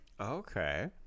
okay